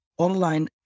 online